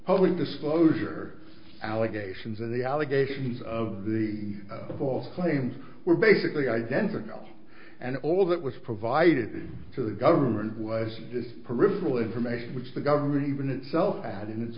public disclosure allegations and the allegations of the boss claims were basically identical and all that was provided to the government was just peripheral information which the government itself had in its